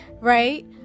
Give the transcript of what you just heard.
right